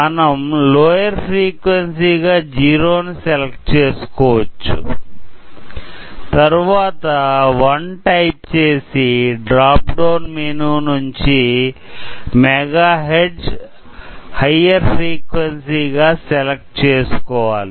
మనం లోయర్ ఫ్రీక్వెన్సీగా 0 ను సెలెక్ట్ చేసుకోవచ్చు తరువాత 1 టైప్ చేసి డ్రాప్ డౌన్ మెనూ నుంచి Mega Hertz హయ్యర్ ఫ్రీక్వెన్సీ గా సెలెక్ట్ చేసుకోవాలి